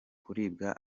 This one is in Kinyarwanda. kuribwa